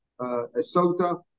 Esota